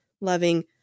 loving